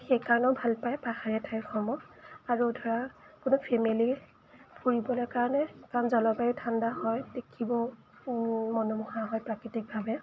সেইকাৰণেও ভাল পায় পাহাৰীয়া ঠাইসমূহ আৰু ধৰা কোনো ফেমিলি ফুৰিবলৈ কাৰণে কাৰণ জলবায়ু ঠাণ্ডা হয় দেখিব মনোমোহা হয় প্ৰাকৃতিকভাৱে